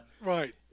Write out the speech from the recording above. Right